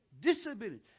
disability